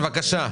בבקשה.